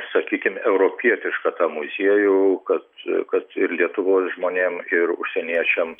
sakykim europietišką tą muziejų kad kad ir lietuvos žmonėm ir užsieniečiam